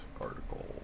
article